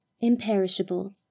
imperishable